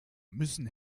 müssen